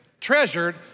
treasured